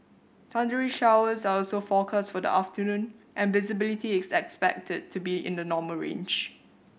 thundery showers are also forecast for the afternoon and visibility is expected to be in the normal range